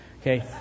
okay